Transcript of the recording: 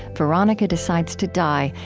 veronika decides to die,